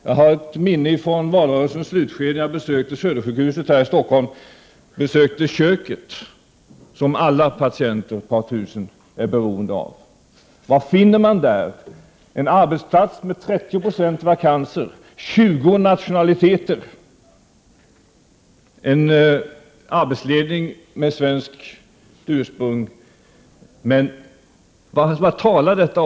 Jag har ett minne från valrörelsens slutskede, när jag besökte köket i Södersjukhuset här i Stockholm, som alla patienter — ett par tusen — är beroende av. Vad finner man där? Det är en arbetsplats med 30 26 vakanser och anställda av 20 nationaliteter. Arbetsledningen är av svenskt ursprung. Vad säger oss detta?